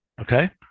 Okay